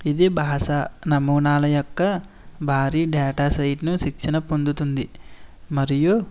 ఇది భాష నమూనాల యొక్క భారీ డేటా సెట్ను శిక్షణ పొందుతుంది మరియు